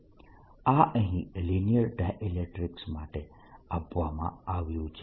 આ અહીં linear dielectrics માટે આપવામાં આવ્યું છે